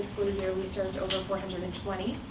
sort of year, we served over four hundred and twenty.